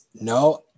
no